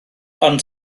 ond